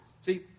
See